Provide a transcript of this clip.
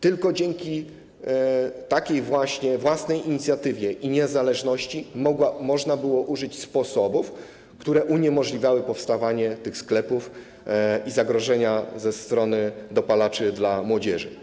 Tylko dzięki właśnie takiej własnej inicjatywie i niezależności można było użyć sposobów, które uniemożliwiały powstawanie tych sklepów i zagrożenia ze strony dopalaczy dla młodzieży.